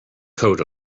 coat